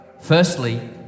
Firstly